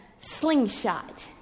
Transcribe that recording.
slingshot